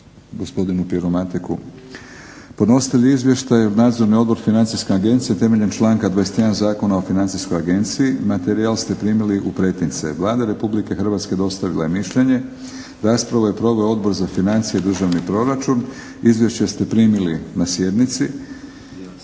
godinu Podnositelj izvještaja je Nadzorni odbor Financijske agencije temeljem članka 21. Zakona o Financijskoj agenciji. Materijal ste primili u pretince. Vlada Republike Hrvatske dostavila je mišljenje. Raspravu je proveo Odbor za financije i državni proračun. Izvješće ste primili na sjednici.